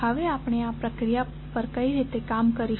હવે આપણે આ આ પ્રક્રિયા પર કઈ રીતે કામ કરીશું